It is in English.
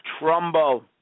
Trumbo